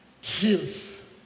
heals